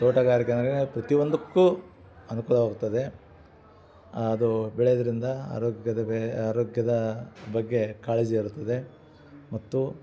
ತೋಟಗಾರಿಕೆ ಅಂದರೆ ಪ್ರತಿ ಒಂದಕ್ಕೂ ಅನುಕೂಲವಾಗುತ್ತದೆ ಅದು ಬೆಳೆಯೋದ್ರಿಂದ ಆರೋಗ್ಯದ ಆರೋಗ್ಯದ ಬಗ್ಗೆ ಕಾಳಜಿ ಇರುತ್ತದೆ ಮತ್ತು